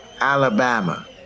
Alabama